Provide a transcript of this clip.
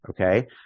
Okay